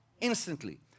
instantly